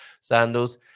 sandals